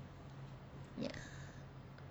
yeah